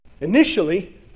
Initially